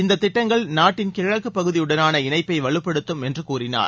இந்த திட்டங்கள் நாட்டின் கிழக்கு பகுதியுடனானா இணைப்பை வலுப்படுத்தும் என்று கூறினார்